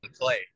play